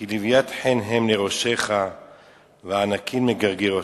כי לוית חן הם לראשך וענקים לגרגרתך".